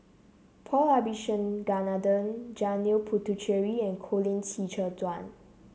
Paul Abisheganaden Janil Puthucheary and Colin Qi Zhe Quan